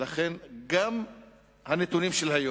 לכן, גם לפי הנתונים של היום,